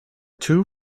two